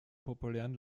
populären